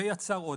זה יצר עודף.